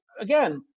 again